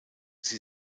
sie